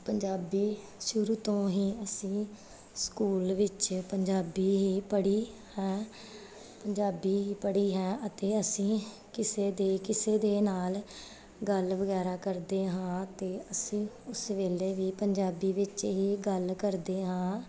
ਪੰਜਾਬੀ ਸ਼ੁਰੂ ਤੋਂ ਹੀ ਅਸੀਂ ਸਕੂਲ ਵਿੱਚ ਪੰਜਾਬੀ ਹੀ ਪੜ੍ਹੀ ਹੈ ਪੰਜਾਬੀ ਹੀ ਪੜ੍ਹੀ ਹੈ ਅਤੇ ਅਸੀਂ ਕਿਸੇ ਦੇ ਕਿਸੇ ਦੇ ਨਾਲ ਗੱਲ ਵਗੈਰਾ ਕਰਦੇ ਹਾਂ ਤਾਂ ਅਸੀਂ ਉਸ ਵੇਲੇ ਵੀ ਪੰਜਾਬੀ ਵਿੱਚ ਹੀ ਗੱਲ ਕਰਦੇ ਹਾਂ